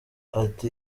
ati